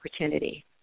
opportunity